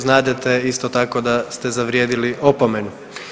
Znadete isto tako da ste zavrijedili opomenu.